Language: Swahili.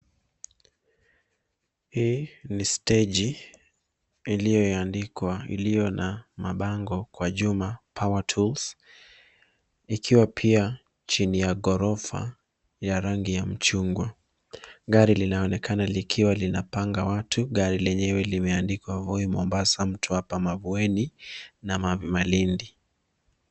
Hii ni steji iliyoandikwa iliyo na mabango kwa jumba power tools ikiwa pia chini ya ghorofa ya rangi ya mchungwa. Gari linaonekana likiwa linapanga watu gari lenyewe limendikwa Voi, Mombasa, Mtwapa, Mavueni na Malindi.